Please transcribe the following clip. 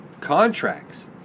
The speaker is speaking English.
contracts